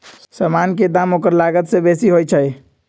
समान के दाम ओकर लागत से बेशी होइ छइ